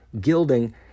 gilding